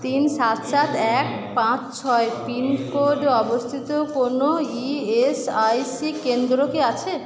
তিন সাত সাত এক পাঁচ ছয় পিনকোডে অবস্থিত কোনও ই এস আই সি কেন্দ্র কি আছে